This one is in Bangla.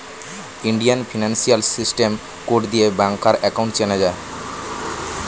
ইন্ডিয়ান ফিনান্সিয়াল সিস্টেম কোড দিয়ে ব্যাংকার একাউন্ট চেনা যায়